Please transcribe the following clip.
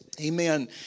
amen